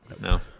No